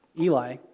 Eli